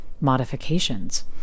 modifications